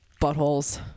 Buttholes